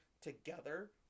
together